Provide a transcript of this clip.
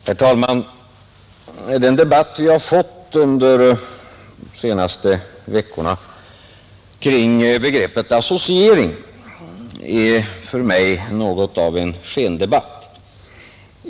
Herr talman! Den debatt vi har fått under de senaste veckorna kring begreppet associering är för mig något av en skendebatt.